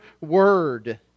word